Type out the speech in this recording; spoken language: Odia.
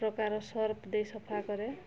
ପ୍ରକାର ସର୍ଫ ଦେଇ ସଫା କରେ